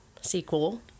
sequel